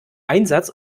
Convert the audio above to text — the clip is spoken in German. einsatz